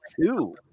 two